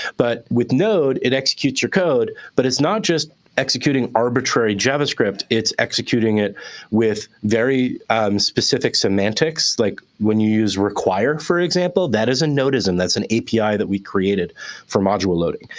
but with node, it executes your code. but it's not just executing arbitrary javascript. it's executing it with very specific semantics. like, when you use require, for example, that is a nodism. that's an api that we created for module loading.